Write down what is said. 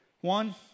One